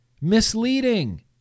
misleading